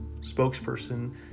spokesperson